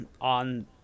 on